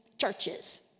churches